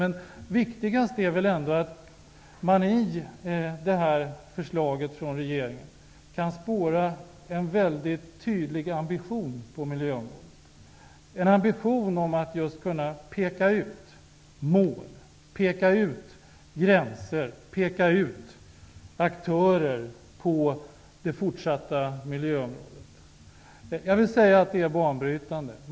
Men det viktigaste är väl ändå att man i regeringens förslag kan spåra en mycket tydlig ambition på miljöområdet, en ambition om att just kunna peka ut mål, gränser och aktörer på det fortsatta miljöområdet. Jag vill säga att det är banbrytande.